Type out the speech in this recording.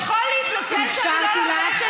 הייתי צריכה כביכול להתנצל, לפני שתי דקות.